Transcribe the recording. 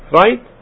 right